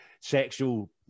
sexual